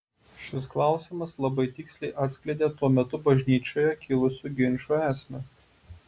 šis klausimas labai tiksliai atskleidė tuo metu bažnyčioje kilusių ginčų esmę